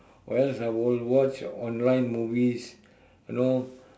or else I will watch online movies you know